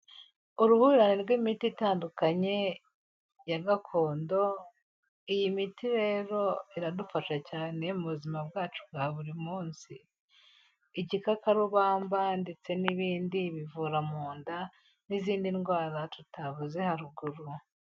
Uruhurirane rw'imiti itandukanye ya gakondo, iyi miti rero iradufasha cyane mu buzima bwacu bwa buri munsi, igikakarubamba ndetse n'ibindi bivura mu nda, n'izindi ndwara tutavuze haruguru.